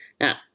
Now